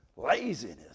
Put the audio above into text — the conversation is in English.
Laziness